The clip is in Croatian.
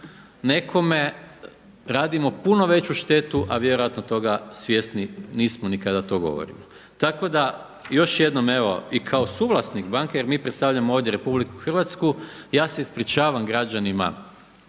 nekome radimo puno štetu, a vjerojatno toga svjesni nismo ni kada to govorimo. Tako da još jednom evo i kao suvlasnik banke, jer mi predstavljamo ovdje RH, ja se ispričavam građanima